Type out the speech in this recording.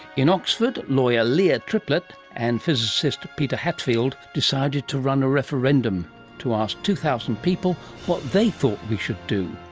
in oxford, lawyer leah trueblood and physicist peter hatfield decided to run a referendum to ask two thousand people what they thought we should do.